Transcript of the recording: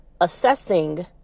assessing